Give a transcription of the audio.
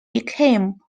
became